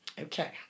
Okay